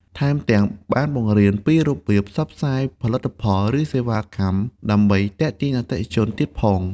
ថែមទាំង បានបង្រៀនពីរបៀបផ្សព្វផ្សាយផលិតផល ឬសេវាកម្ម ដើម្បីទាក់ទាញអតិថិជនទៀតផង។